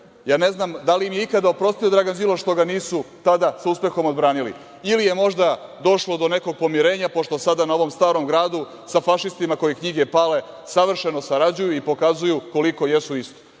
ne znam da li im je ikada oprostio Dragan Đilas što ga nisu tada sa uspehom odbranili? Ili je možda došlo do nekog pomirenja, pošto sada na ovom Starom gradu sa fašistima koji knjige pale savršeno sarađuju i pokazuju koliko jesu isti,